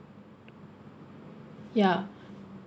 ya